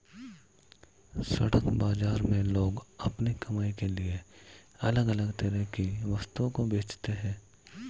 सड़क बाजार में लोग अपनी कमाई के लिए अलग अलग तरह की वस्तुओं को बेचते है